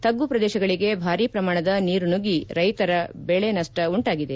ತಗ್ಗು ಪ್ರದೇಶಗಳಿಗೆ ಬಾರಿ ಪ್ರಮಾಣದ ನೀರು ನುಗ್ಗಿ ರೈತರ ಬೆಳೆ ನಷ್ಟ ಉಂಟಾಗಿದೆ